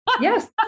yes